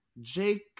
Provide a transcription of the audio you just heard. Jake